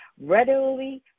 Readily